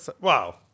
Wow